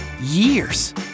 years